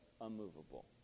unmovable